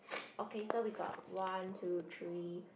okay so we got one two three